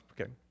okay